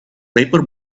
paper